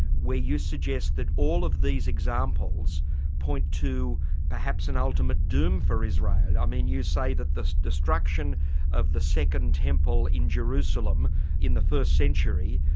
where you suggest that all of these examples point to perhaps an ultimate doom for israel. i mean you say that the destruction of the second temple in jerusalem in the first century,